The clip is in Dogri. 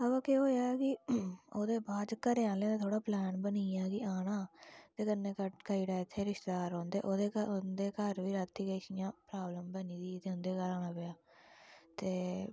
अवा केह् होआ कि ओहदे बाद घरे आहले दा थोहड़ा पलान बनी गेआ कि आना ते कन्नै कटरे इत्थै रिश्तेदार रौंहदे ओहदे उंदे घर बी राती किश इयां प्राव्लम बनी दी ते उंदे घर औना पेआ ते